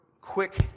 quick